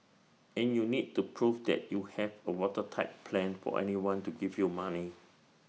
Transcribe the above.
and you need to prove that you have A watertight plan for anyone to give you money